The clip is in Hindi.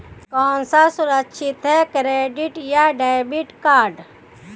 कौन सा सुरक्षित है क्रेडिट या डेबिट कार्ड?